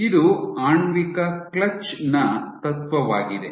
ಇದು ಆಣ್ವಿಕ ಕ್ಲಚ್ ನ ತತ್ವವಾಗಿದೆ